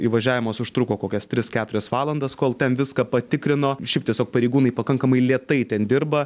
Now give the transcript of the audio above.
įvažiavimas užtruko kokias tris keturias valandas kol ten viską patikrino šiaip tiesiog pareigūnai pakankamai lėtai ten dirba